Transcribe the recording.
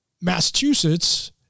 Massachusetts